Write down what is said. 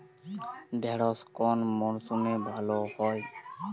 ঢেঁড়শ কোন মরশুমে ভালো হয়?